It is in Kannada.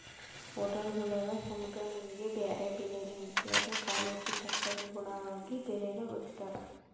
ಹೊಟೇಲ್ಗುಳಾಗ ಸಮುದ್ರ ಮೀನಿಗೆ ಬ್ಯಾರೆ ಬೆಲೆನೇ ಐತೆ ಅದು ಕಾಲೋಚಿತಕ್ಕನುಗುಣವಾಗಿ ಬೆಲೇನ ಇಡ್ತಾರ